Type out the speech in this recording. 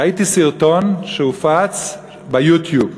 ראיתי סרטון שהופץ ב"יוטיוב".